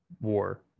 War